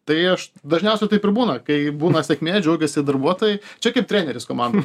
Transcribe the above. tai aš dažniausiai taip ir būna kai būna sėkmė džiaugiasi darbuotojai čia kaip treneris komandos